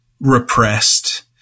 repressed